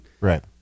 right